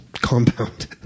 compound